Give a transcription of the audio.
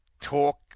talk